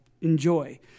enjoy